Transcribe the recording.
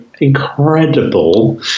incredible